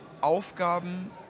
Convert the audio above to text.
Aufgaben